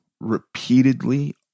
repeatedly